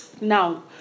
now